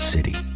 City